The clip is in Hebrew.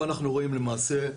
פה אנחנו רואים למעשה,